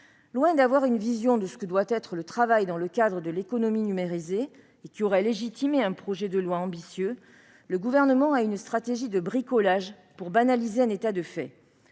Loin d'avoir une vision de ce que doit être le travail dans le cadre de l'économie numérisée, ce qui aurait légitimé un projet de loi ambitieux, le Gouvernement adopte une stratégie du bricolage pour banaliser un état de fait.